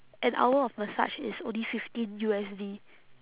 an hour of massage is only fifteen U_S_D